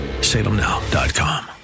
Salemnow.com